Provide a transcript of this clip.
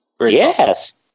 Yes